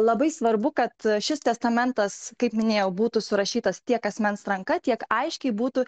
labai svarbu kad šis testamentas kaip minėjau būtų surašytas tiek asmens ranka tiek aiškiai būtų